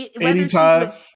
anytime